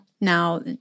now